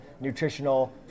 nutritional